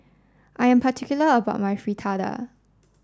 I am particular about my Fritada